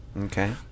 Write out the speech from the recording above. Okay